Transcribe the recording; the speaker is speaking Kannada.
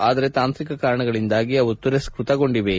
ಆದರೆ ತಾಂತ್ರಿಕ ಕಾರಣಗಳಿಂದಾಗಿ ಅವು ತಿರಸ್ನತಗೊಂಡಿವೆ